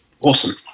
Awesome